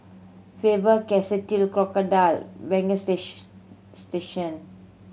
Faber Castell Crocodile station